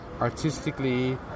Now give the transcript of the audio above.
artistically